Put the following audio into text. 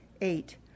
eight